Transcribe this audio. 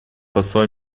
посла